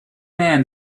man